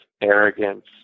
arrogance